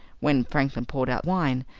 when franklin poured out wine,